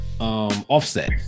Offset